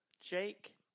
Jake